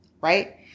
right